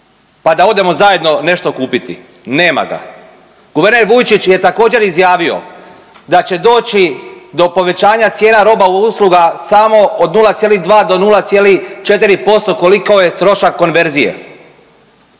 pa da odemo zajedno nešto kupiti. Nema ga. Guverner Vujčić je također izjavio da će doći do povećanja cijena roba usluga samo od 0,2 do 0,4% koliko je trošak konverzije.